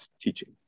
teaching